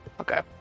Okay